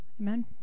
Amen